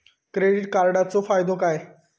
Credit कार्डाचो फायदो काय?